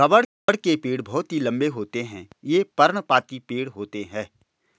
रबड़ के पेड़ बहुत ही लंबे होते हैं ये पर्णपाती पेड़ होते है